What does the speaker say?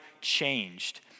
changed